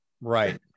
right